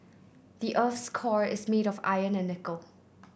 the earth's core is made of iron and nickel